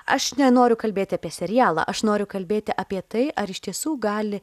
aš nenoriu kalbėti apie serialą aš noriu kalbėti apie tai ar iš tiesų gali